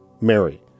Mary